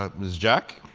ah ms. jack.